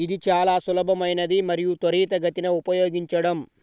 ఇది చాలా సులభమైనది మరియు త్వరితగతిన ఉపయోగించడం